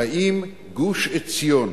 האם גוש-עציון